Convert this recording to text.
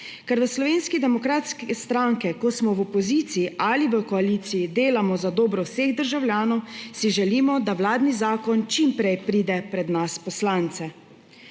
Ker v Slovenski demokratski stranki, ko smo v opoziciji ali v koaliciji, delamo za dobro vseh državljanov, si želimo, da vladni zakon čim prej pride pred nas, poslance.